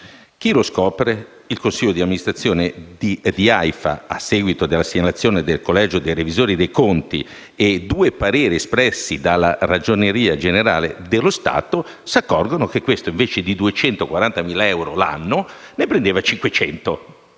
generale. Il consiglio di amministrazione di AIFA, a seguito di una segnalazione del collegio dei revisori dei conti e di due pareri espressi dalla Ragioneria generale dello Stato, si accorge che questi, invece di 240.000 euro l'anno, percepiva 500.000 euro.